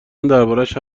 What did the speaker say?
دربارش